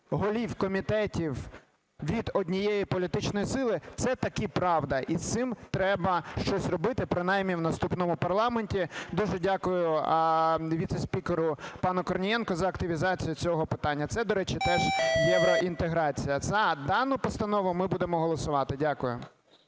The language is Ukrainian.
голів комітетів від однієї політичної сили, це все-таки правда, і з цим треба щось робити, принаймні в наступному парламенті. Дуже дякую віцеспікеру пану Корнієнку за активізацію цього питання. Це, до речі, теж євроінтеграція. За дану постанову ми будемо голосувати. Дякую.